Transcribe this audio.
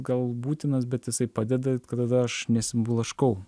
gal būtinas bet jisai padeda tada aš nesiblaškau